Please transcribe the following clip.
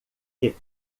que